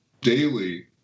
daily